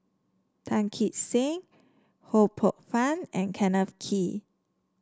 Tan Kee Sek Ho Poh Fun and Kenneth Kee